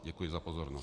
Děkuji za pozornost.